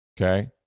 Okay